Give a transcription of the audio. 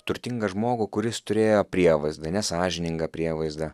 turtingą žmogų kuris turėjo prievaizdą nesąžiningą prievaizdą